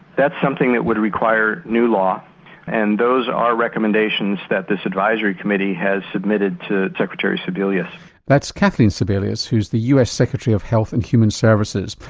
that's something that would require new law and these are recommendations that this advisory committee has submitted to secretary sebelius. that's kathleen sibelius who's the us secretary of health and human services.